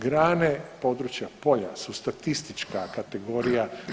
Grane, područja, polja su statistička kategorija.